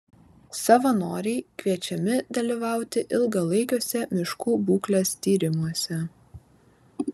savanoriai kviečiami dalyvauti ilgalaikiuose miškų būklės tyrimuose